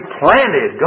planted